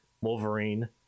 wolverine